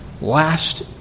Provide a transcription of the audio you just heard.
last